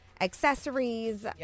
accessories